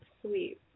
sweet